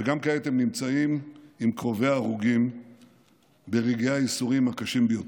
וגם כעת הם נמצאים עם קרובי ההרוגים ברגעי הייסורים הקשים ביותר.